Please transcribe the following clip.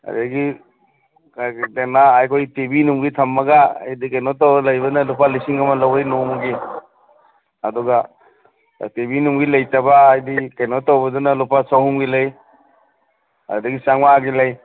ꯑꯗꯒꯤ ꯀꯔꯤ ꯃꯥ ꯍꯥꯏꯕꯨ ꯇꯤꯚꯤ ꯅꯨꯡꯕꯤ ꯊꯝꯃꯒ ꯀꯩꯅꯣ ꯇꯧꯔ ꯂꯩꯕꯅ ꯂꯨꯄꯥ ꯂꯤꯁꯤꯡ ꯑꯃ ꯂꯧꯋꯦ ꯅꯣꯡꯃꯒꯤ ꯑꯗꯨꯒ ꯇꯤꯚꯤ ꯅꯨꯡꯕꯤ ꯂꯩꯇꯕ ꯍꯥꯏꯗꯤ ꯀꯩꯅꯣ ꯇꯧꯕꯗꯨꯅ ꯂꯨꯄꯥ ꯆꯥꯍꯨꯝꯒꯤ ꯂꯩ ꯑꯗꯩ ꯆꯃꯉꯥꯒꯤ ꯂꯩ